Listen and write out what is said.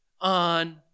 on